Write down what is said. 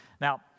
Now